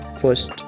First